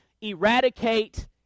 eradicate